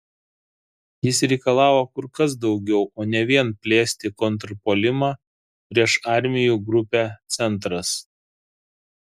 jis reikalavo kur kas daugiau o ne vien plėsti kontrpuolimą prieš armijų grupę centras